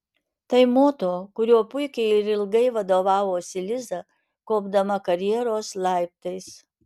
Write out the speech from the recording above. tai moto kuriuo puikiai ir ilgai vadovavosi liza kopdama karjeros laiptais